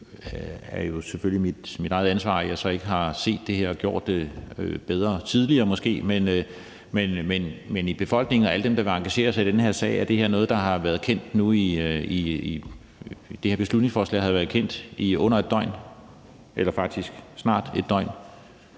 det er jo selvfølgelig så mit eget ansvar, at jeg ikke har set det her og gjort det bedre tidligere måske, men i befolkningen og blandt alle dem, der vil engagere sig i den her sag, er det her beslutningsforslag noget, der har været kendt i under et døgn, faktisk snart et døgn.